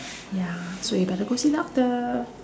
ya so you better go see doctor